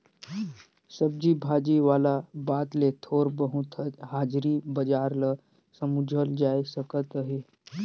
सब्जी भाजी वाला बात ले थोर बहुत हाजरी बजार ल समुझल जाए सकत अहे